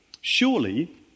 Surely